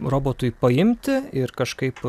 robotui paimti ir kažkaip